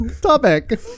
topic